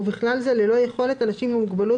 ובכלל זה ללא יכולת אנשים עם מוגבלות